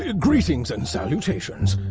ah greetings and salutations.